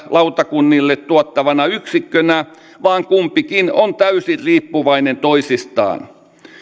lautakunnille tuottavana yksikkönä vaan kumpikin on täysin riippuvainen toisistaan